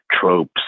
tropes